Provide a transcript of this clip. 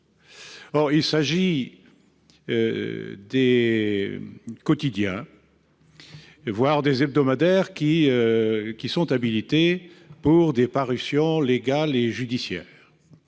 question des quotidiens, voire des hebdomadaires, qui sont habilités à publier des parutions légales et judiciaires.